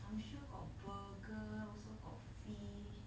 I'm sure got burger also got fish